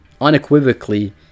Unequivocally